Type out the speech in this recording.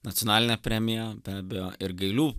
nacionaline premija be abejo ir gailių